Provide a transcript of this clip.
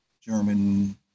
german